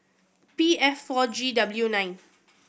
P F four G W nine